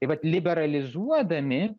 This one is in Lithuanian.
tai vat liberalizuodami